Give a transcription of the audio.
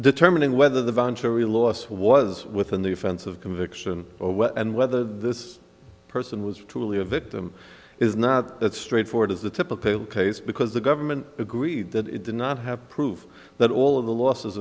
determining whether the voluntary loss was within the offense of conviction and whether this person was truly a victim is not that straightforward is the typical case because the government agreed that it did not have to prove that all of the losses